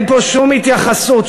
אין פה שום התייחסות,